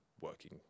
working